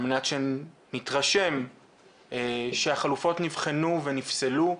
על מנת שנתרשם שהחלופות נבחנו ונפסלו.